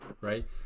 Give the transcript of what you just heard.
right